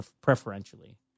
preferentially